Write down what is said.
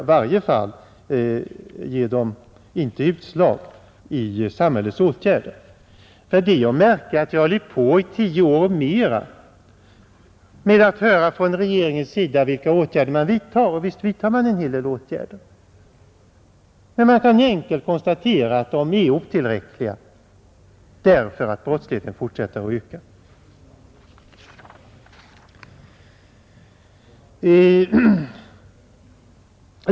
I varje fall ger de inte utslag i samhällets åtgärder, ty det är att märka att vi under tio år och mer har hört från regeringens sida vilka åtgärder man vidtar. Visst vidtar man en hel del åtgärder, men eftersom brottsligheten fortsätter att öka kan det enkelt konstateras att åtgärderna är otillräckliga.